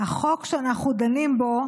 החוק שאנחנו דנים בו